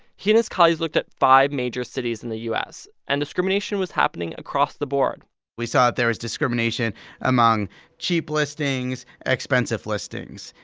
he and his colleagues looked at five major cities in the u s, and discrimination was happening across the board we saw there was discrimination among cheap listings, expensive listings,